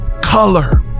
color